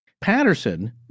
Patterson